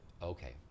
okay